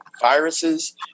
viruses